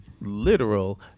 literal